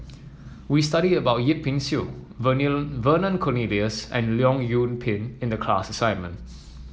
we studied about Yip Pin Xiu Vernon Cornelius and Leong Yoon Pin in the class assignment